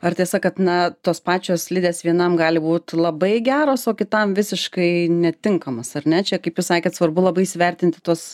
ar tiesa kad na tos pačios slidės vienam gali būt labai geros o kitam visiškai netinkamos ar ne čia kaip jūs sakėt svarbu labai įsivertinti tuos